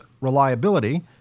reliability